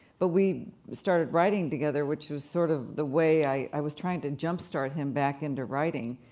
but we started writing together, which was sort of the way i was trying to jump start him back into writing.